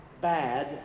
bad